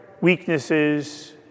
weaknesses